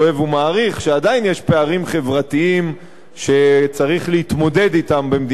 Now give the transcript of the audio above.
שעדיין יש פערים חברתיים שצריך להתמודד אתם במדינת ישראל.